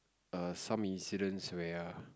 err some incidents where are